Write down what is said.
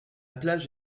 plage